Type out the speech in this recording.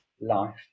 life